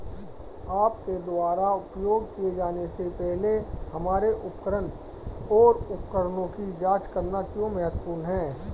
आपके द्वारा उपयोग किए जाने से पहले हमारे उपकरण और उपकरणों की जांच करना क्यों महत्वपूर्ण है?